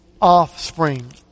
offspring